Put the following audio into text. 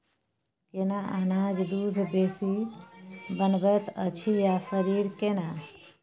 केना अनाज दूध बेसी बनबैत अछि आ शरीर केना?